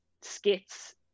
skits